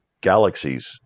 galaxies